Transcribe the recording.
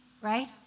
right